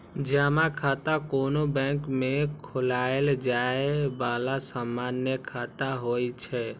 जमा खाता कोनो बैंक मे खोलाएल जाए बला सामान्य खाता होइ छै